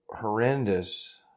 horrendous